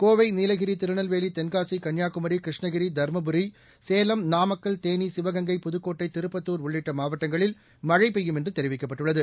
கோவை நீலகிரி திருநெல்வேலி தென்காசி கன்னியாகுமரிகிருஷ்ணகிரி தருமபுரி சேலம் நாமக்கல் தேனி சிவகங்கை புதுக்கோட்டை திருப்பத்துர் உள்ளிட்டமாவட்டங்களில் மழைபெய்யும் என்றுதெரிவிக்கப்பட்டுள்ளது